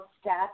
Step